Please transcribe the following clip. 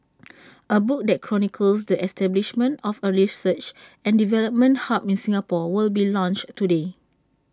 A book that chronicles the establishment of A research and development hub in Singapore will be launched today